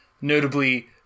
notably